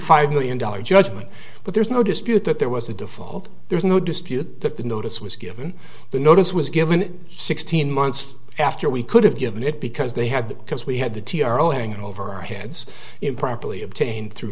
five million dollars judgment but there's no dispute that there was a default there's no dispute that the notice was given the notice was given sixteen months after we could have given it because they had that because we had the t r o hanging over our heads improperly obtained through